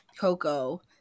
Coco